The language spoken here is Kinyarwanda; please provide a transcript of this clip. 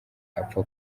apfa